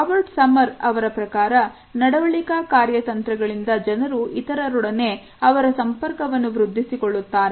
Robert Sommer ರವರ ಪ್ರಕಾರ ನಡವಳಿಕಾ ಕಾರ್ಯ ತಂತ್ರಗಳಿಂದ ಜನರು ಇತರರೊಡನೆ ಅವರ ಸಂಪರ್ಕವನ್ನು ವೃದ್ಧಿಸಿ ಕೊಳ್ಳುತ್ತಾರೆ